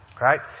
Right